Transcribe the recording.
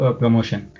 promotion